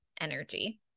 energy